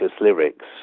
lyrics